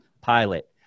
pilot